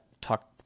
talk